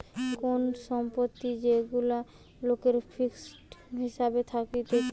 কোন সম্পত্তি যেগুলা লোকের ফিক্সড হিসাবে থাকতিছে